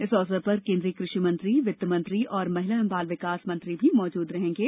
इस अवसर पर केन्द्रीय कृषि मंत्री वित्त मंत्री और महिला तथा बाल विकास मंत्री भी उपस्थित रहेंगे